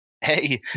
hey